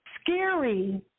Scary